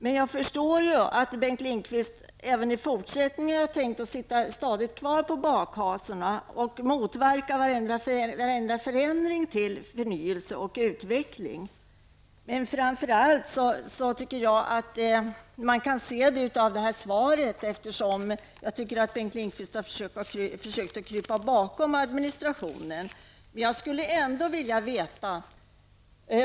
Men jag förstår att Bengt Lindqvist även i fortsättningen har tänkt att sitta stadigt kvar på bakhasorna och motverka varenda förändring till förnyelse och utveckling. Det kan man framför allt se av det här svaret. Jag tycker att Bengt Lindqvist har försökt att krypa bakom administrationen.